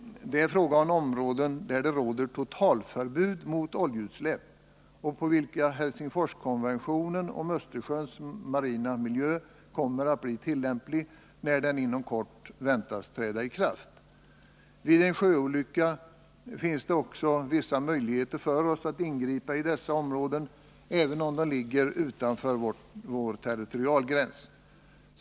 Det är fråga om områden, där det råder totalförbud mot oljeutsläpp och på vilka Helsingforskonventionen om Östersjöns marina miljö kommer att bli tillämplig, när denna inom kort väntas träda i kraft. I händelse av en sjöolycka finns det också vissa möjligheter för oss att ingripa i dessa områden, även om de ligger utanför vår territorialgräns.